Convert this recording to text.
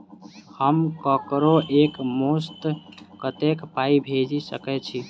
हम ककरो एक मुस्त कत्तेक पाई भेजि सकय छी?